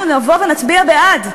אנחנו נבוא ונצביע בעד.